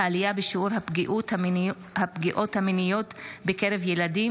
בן ארי בנושא: העלייה בשיעור הפגיעות המיניות בקרב ילדים,